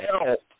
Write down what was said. help